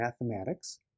mathematics